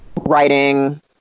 writing